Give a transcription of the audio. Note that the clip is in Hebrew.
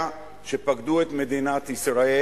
שפקדו את מדינת ישראל,